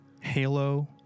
Halo